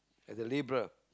as a labourer